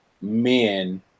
men